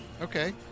Okay